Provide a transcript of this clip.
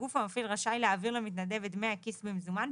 הגוף המפעיל רשאי לעביר למתנדב את דמי הכיס במזומן,